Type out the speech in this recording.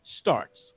starts